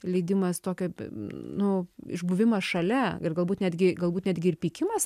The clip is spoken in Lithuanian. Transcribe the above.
leidimas tokio nu iš buvimas šalia ir galbūt netgi galbūt netgi ir pykimas